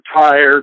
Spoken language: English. tired